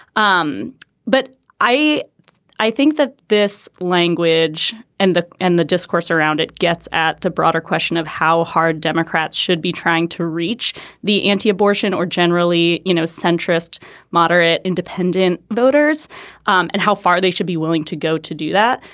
um but i i think that this language and the and the discourse around it gets at the broader question of how hard democrats should be trying to reach the anti-abortion or generally you know centrist moderate independent voters um and how far they should be willing to go to do that.